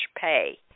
pay